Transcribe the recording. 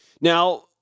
Now